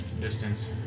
distance